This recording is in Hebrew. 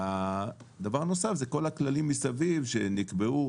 הדבר הנוסף זה כל הכללים מסביב שנקבעו,